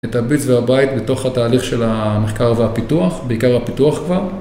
את הBits והBytes בתוך התהליך של המחקר והפיתוח, בעיקר הפיתוח כבר.